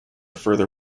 further